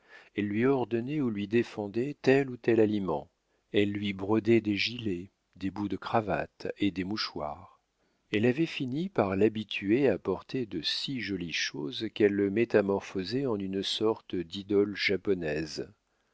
elle lui ordonnait ou lui défendait tel ou tel aliment elle lui brodait des gilets des bouts de cravates et des mouchoirs elle avait fini par l'habituer à porter de si jolies choses qu'elle le métamorphosait en une sorte d'idole japonaise